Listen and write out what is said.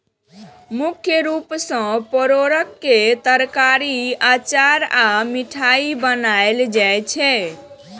मुख्य रूप सं परोर के तरकारी, अचार आ मिठाइ बनायल जाइ छै